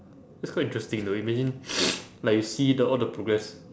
that's quite interesting though imagine like you see the all the progress